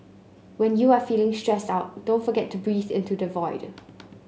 when you are feeling stressed out don't forget to breathe into the void